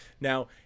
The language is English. Now